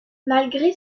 malgré